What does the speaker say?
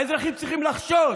האזרחים צריכים לחשוש.